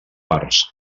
parts